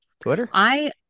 Twitter